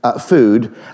food